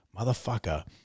motherfucker